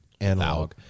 analog